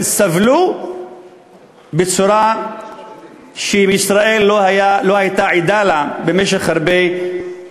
סבלו בצורה שישראל לא הייתה עדה לה במשך הרבה